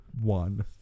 one